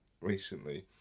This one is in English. recently